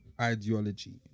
ideology